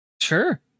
Sure